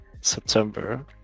September